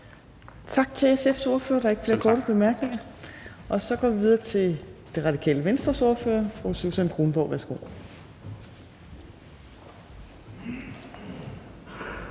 Tak til SF's ordfører. Der er ikke flere korte bemærkninger. Så går vi videre til Radikale Venstres ordfører, fru Susan Kronborg. Værsgo.